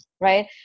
right